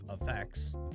effects